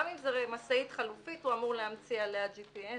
גם אם זה משאית חלופית הוא אמור להמציא עליה G.P.S,